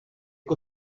que